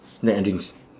snack and drinks